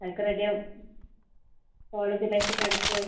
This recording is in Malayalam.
അതൊക്കെ റെഡിയാകും കോളേജ് ലൈഫൊക്കെ അടിച്ചു പൊളിക്ക്